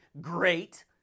great